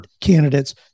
candidates